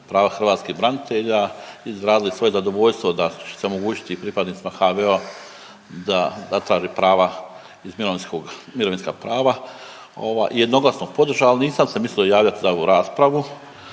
prava hrvatskih branitelje i izrazili svoje zadovoljstvo da će se omogućiti i pripadnicima HVO-a da zatraže prava iz mirovinskog, mirovinska prava jednoglasno podržali. Nisam se mislio javljati za ovu raspravu,